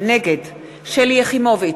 נגד שלי יחימוביץ,